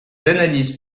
analyses